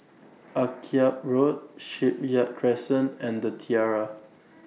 Akyab Road Shipyard Crescent and The Tiara